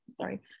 sorry